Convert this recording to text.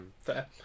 Fair